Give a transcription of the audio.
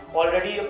already